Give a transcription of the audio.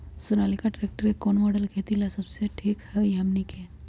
Sonalika tractor के कौन model खेती ला सबसे ठीक होई हमने की?